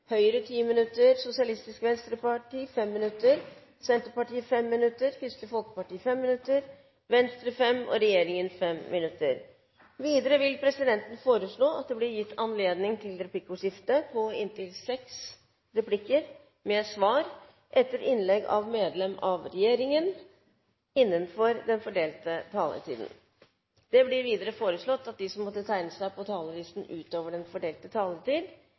Høyre 10 minutter, Sosialistisk Venstreparti 5 minutter, Senterpartiet 5 minutter, Kristelig Folkeparti 5 minutter, Venstre 5 minutter og medlem av regjeringen 5 minutter. Videre vil presidenten foreslå at det blir gitt anledning til replikkordskifte på inntil seks replikker med svar etter innlegg av medlem av regjeringen innenfor den fordelte taletid. Det blir videre foreslått at de som måtte tegne seg på talerlisten utover den fordelte taletid,